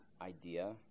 idea